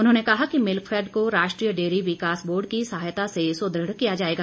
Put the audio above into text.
उन्होंने कहा कि मिल्कफैड को राष्ट्रीय डेयरी विकास बोर्ड की सहायता से सुदृढ़ किया जाएगा